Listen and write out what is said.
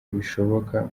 bishoboka